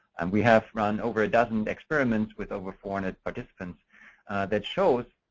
and we have run over a dozen experiments with over four hundred participants that shows,